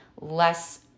less